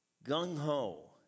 Gung-ho